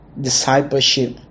discipleship